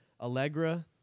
Allegra